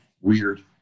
weird